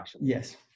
Yes